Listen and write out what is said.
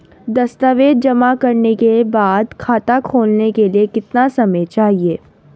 दस्तावेज़ जमा करने के बाद खाता खोलने के लिए कितना समय चाहिए?